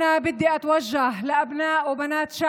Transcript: (אומרת דברים בשפה הערבית,